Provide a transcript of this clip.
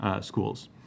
schools